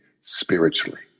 spiritually